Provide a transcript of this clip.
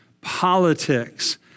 politics